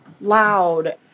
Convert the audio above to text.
loud